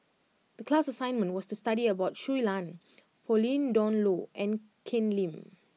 the class assignment was to study about Shui Lan Pauline Dawn Loh and Ken Lim